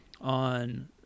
on